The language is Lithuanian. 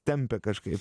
tempia kažkaip